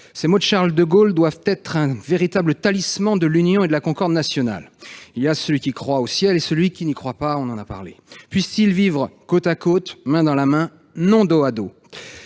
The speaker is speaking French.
Ces mots de Charles de Gaulle doivent être un véritable talisman de l'union et de la concorde nationales. Il y a celui qui croit au ciel et celui qui n'y croit pas. Puissent-ils vivre côte à côte, main dans la main et non dos à dos.